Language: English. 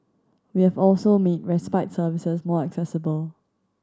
we have also made respite services more accessible